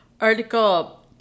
article